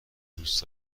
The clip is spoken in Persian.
دوست